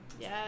Yes